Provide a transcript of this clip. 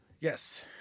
Yes